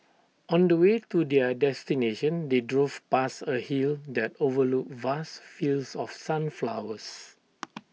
on the way to their destination they drove past A hill that overlooked vast fields of sunflowers